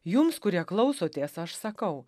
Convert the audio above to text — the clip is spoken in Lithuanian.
jums kurie klausotės aš sakau